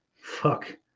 Fuck